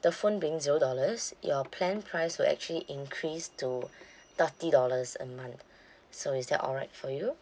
the phone being zero dollars your plan price will actually increase to thirty dollars a month so is that alright for you